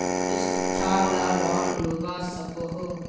शिक्षा ला लोन लुबा सकोहो?